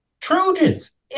Trojans